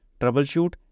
troubleshoot